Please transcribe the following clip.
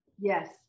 Yes